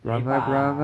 lepak ah